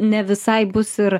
ne visai bus ir